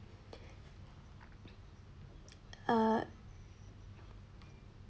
uh